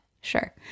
sure